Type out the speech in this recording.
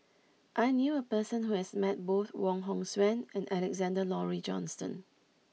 I knew a person who has met both Wong Hong Suen and Alexander Laurie Johnston